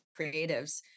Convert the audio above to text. creatives